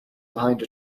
behind